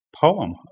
poem